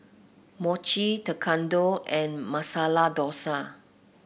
Mochi Tekkadon and Masala Dosa